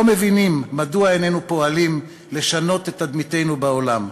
לא מבינים מדוע איננו פועלים לשנות את תדמיתנו בעולם.